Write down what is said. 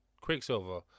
quicksilver